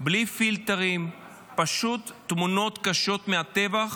בלי פילטרים, פשוט תמונות קשות מהטבח